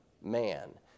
man